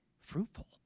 fruitful